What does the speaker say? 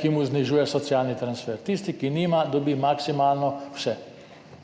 ki mu znižuje socialni transfer, tisti, ki nima, dobi maksimalno vse,